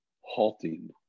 halting